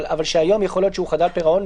אבל שהיום יכול להיות שהוא חדל פירעון,